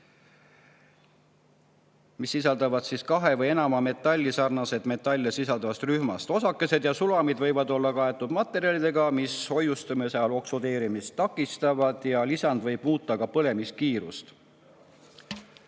mis sisaldavad kahte või enamat metalli sarnaste metallide rühmast. Osakesed ja sulamid võivad olla kaetud materjalidega, mis hoiustamise ajal oksüdeerumist takistavad, ja lisand võib muuta ka põlemiskiirust.